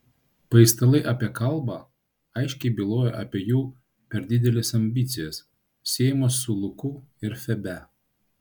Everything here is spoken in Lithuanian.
paistalai apie kalbą aiškiai byloja apie jų per dideles ambicijas siejamas su luku ir febe